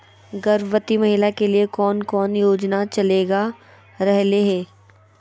गर्भवती महिला के लिए कौन कौन योजना चलेगा रहले है?